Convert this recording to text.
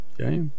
okay